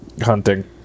hunting